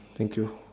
thank you